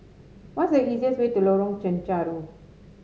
what's the easiest way to Lorong Chencharu